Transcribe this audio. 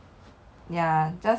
你会想要做什么 occupation